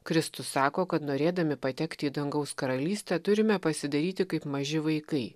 kristus sako kad norėdami patekti į dangaus karalystę turime pasidaryti kaip maži vaikai